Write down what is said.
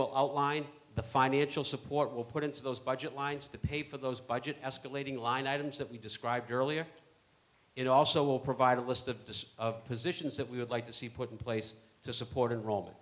will outline the financial support we'll put into those budget lines to pay for those budget escalating line items that we described earlier it also will provide a list of despair of positions that we would like to see put in place to support in rom